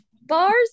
bars